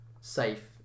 safe